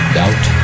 doubt